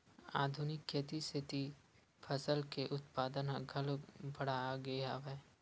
आधुनिक खेती के सेती फसल के उत्पादन ह घलोक बाड़गे हवय